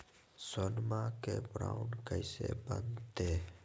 सोनमा के बॉन्ड कैसे बनते?